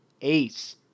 ace